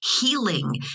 healing